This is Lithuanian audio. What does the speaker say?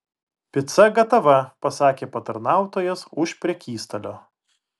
pica gatava pasakė patarnautojas už prekystalio